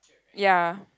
ya